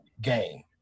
game